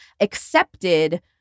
accepted